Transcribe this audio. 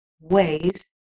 ways